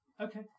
Okay